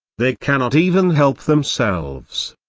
they cannot even help themselves.